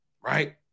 Right